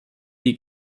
die